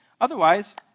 Otherwise